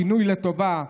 שינוי לטובה,